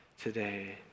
today